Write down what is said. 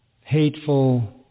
hateful